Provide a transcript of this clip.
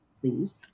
please